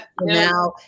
Now